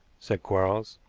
said quarles.